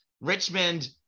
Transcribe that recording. Richmond